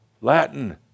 Latin